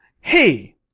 hey